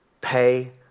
Pay